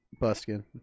Buskin